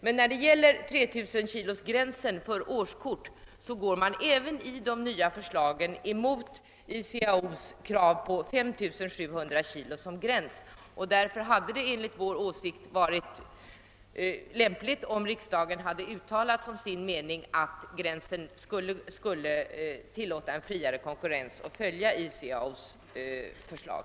Men när det gäller 3 000 kilos-gränsen för årskort går man även i de nya förslagen emot ICAO:s krav på 5 700 kg som gräns. Därför hade det enligt vår åsikt varit lämpligt om riksdagen uttalat som sin mening att denna gräns skulle medge en friare konkurrens och att vi borde följa ICAO:s förslag.